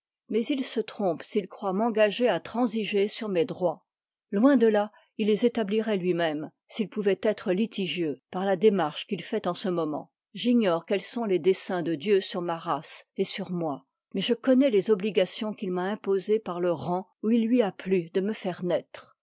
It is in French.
mais il se trompe s'il croit m'engager à transiger sur mes droits loin de là il les établiroit luimême s'ilspouvoient être litigieux par la démarche qu'il fait en ce moment j'ignore quels sont les desseins de dieu sur ma race et sur moi mais je connois les obligations qu'il m'a imposées par le rang où il lui a plu de me faire naître